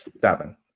seven